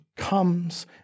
comes